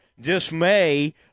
dismay